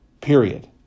Period